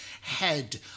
head